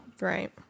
Right